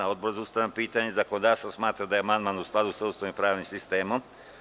Odbor za ustavna pitanja i zakonodavstvo smatra da je amandman u skladu sa Ustavom i pravnim sistemom.